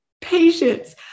patience